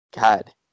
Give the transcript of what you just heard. God